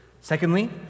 Secondly